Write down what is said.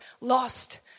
lost